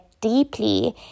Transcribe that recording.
deeply